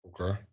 Okay